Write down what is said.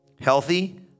healthy